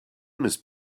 must